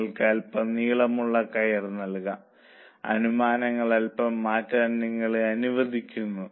നിങ്ങൾക്ക് അൽപ്പം നീളമുള്ള കയർ നൽകാം അനുമാനങ്ങൾ അൽപ്പം മാറ്റാൻ നിങ്ങളെ അനുവദിക്കുന്നു